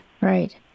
right